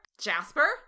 Jasper